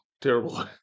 terrible